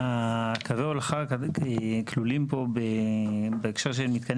קווי ההולכה כלולים פה בהקשר של מתקני